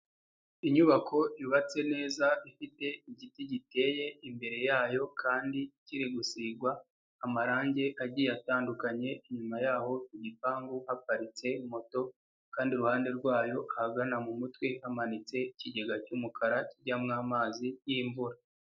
Inyubako yubatse neza ifite igiti giteye imbere yayo kandi kiri gusigwa amarange agiye atandukanye, inyuma yaho mu gipangu haparitse moto kandi iruhande rwayo ahagana mu mutwe hamanitse ikigega cy'umukara kijyamo amazi y'imvura.